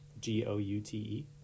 G-O-U-T-E